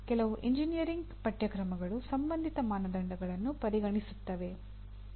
ಕೆಲವು ಎಂಜಿನಿಯರಿಂಗ್ ಪಠ್ಯಕ್ರಮಗಳು ಸಂಬಂಧಿತ ಮಾನದಂಡಗಳನ್ನು ಪರಿಗಣಿಸುತ್ತವೆ